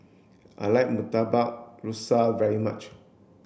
I like Murtabak Rusa very much